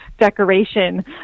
decoration